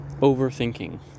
overthinking